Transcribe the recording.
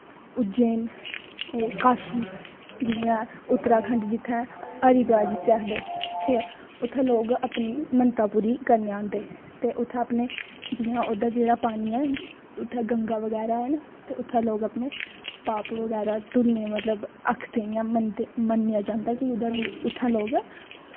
उज्जैन काशी जियां उत्तरा खंड जित्थैं हरिदवार जिसी आखदे ठीक ऐ उत्थें लोग अपनी मनम्तां पूरी करनें गी आंदे ते उत्थें अपनें उत्थें जेह्ड़ा पानी ऐ उत्थैें गंगा बगैरा न ते उत्थें लोग पाप बगैरा धुगदे आखदे इयां मन्दर मन्नेआं जंदा कि उत्थें लोग